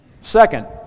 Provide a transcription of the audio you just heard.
Second